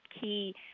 key